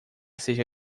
seja